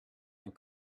and